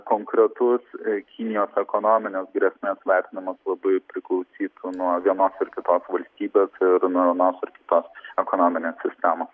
konkretus kinijos ekonominės grėsmės vertinimas labai priklausytų nuo vienos ar kitos valstybės ir nuo vienos ar kitos ekonominės sistemos